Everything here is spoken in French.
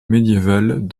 médiévale